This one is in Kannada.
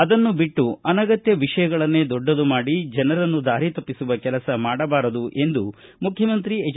ಅದನ್ನು ಬಿಟ್ಟು ಅನಗತ್ಯ ವಿಷಯಗಳನ್ನೇ ದೊಡ್ಡದು ಮಾಡಿ ಜನರನ್ನು ದಾರಿ ತಪ್ಪಿಸುವ ಕೆಲಸ ಮಾಡಬಾರದು ಎಂದು ಮುಖ್ಯಮಂತ್ರಿ ಹೆಚ್